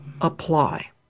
apply